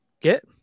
get